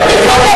הזמן תם.